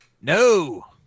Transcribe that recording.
no